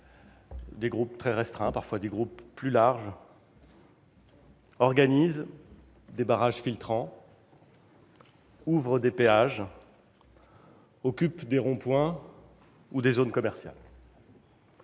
des groupes très restreints, parfois des groupes plus larges, organisent des barrages filtrants, ouvrent des péages, occupent des ronds-points ou des zones commerciales.